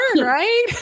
right